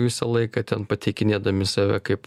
visą laiką ten pateikinėdami save kaip